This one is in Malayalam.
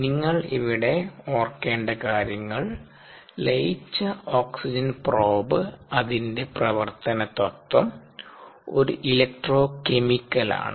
നിങ്ങൾ ഇവിടെ ഓർകേണ്ട കാര്യങ്ങൾലയിച്ച ഓക്സിജൻ പ്രോബ് അതിന്റെ പ്രവർത്തന തത്ത്വം ഒരു ഇലക്ട്രോ കെമിക്കൽ ആണ്